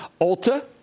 Ulta